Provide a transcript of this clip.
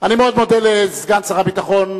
אני מאוד מודה לסגן שר הביטחון.